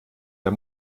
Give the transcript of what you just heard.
der